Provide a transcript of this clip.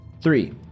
three